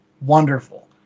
wonderful